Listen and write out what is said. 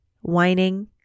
Whining